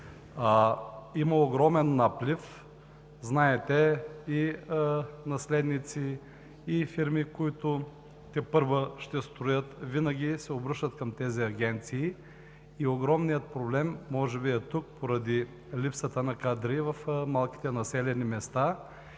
Има огромен наплив, знаете – и наследници, и фирми, които тепърва ще строят, винаги се обръщат към тези агенции и може би огромният проблем е поради липсата на кадри в малките населени места